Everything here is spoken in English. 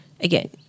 Again